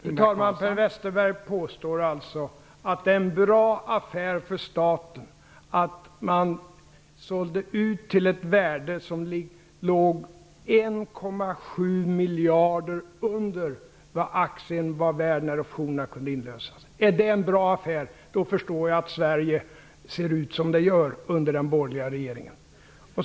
Fru talman! Per Westerberg påstår alltså att det var en bra affär för staten att man sålde ut till ett värde som låg 1,7 miljarder under aktiernas värde när optionerna kunde inlösas. Är det en bra affär, då förstår jag att Sverige ser ut som det gör under den borgerliga regeringen.